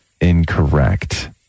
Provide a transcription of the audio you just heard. Incorrect